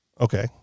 Okay